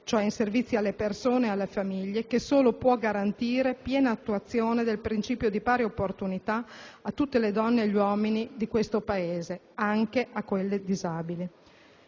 cioè in servizi alle persone e alle famiglie, che solo può garantire piena attuazione del principio di pari opportunità a tutte le donne e agli uomini di questo Paese, anche alle persone disabili.